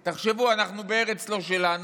תחשבו, אנחנו בארץ לא שלנו,